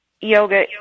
yoga